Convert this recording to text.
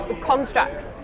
constructs